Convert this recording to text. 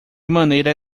maneira